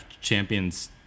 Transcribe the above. champions